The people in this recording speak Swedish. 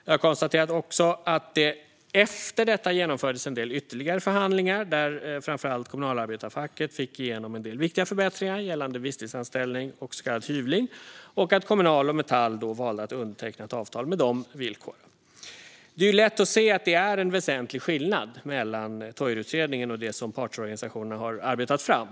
Jag konstaterar också att det efter detta genomfördes en del ytterligare förhandlingar, där framför allt kommunalarbetarfacket fick igenom en del viktiga förbättringar gällande visstidsanställning och så kallad hyvling, och att Kommunal och IF Metall då valde att underteckna ett avtal med de villkoren. Det är ju lätt att se att det är en väsentlig skillnad mellan Toijerutredningen och det som partsorganisationerna har arbetat fram.